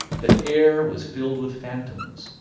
the air was filled with phantoms,